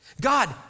God